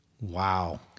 Wow